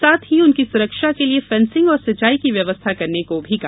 साथ ही उनकी सुरक्षा के लिए फेसिंग और सिंचाई की व्यवस्था करने को भी कहा